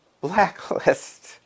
blacklist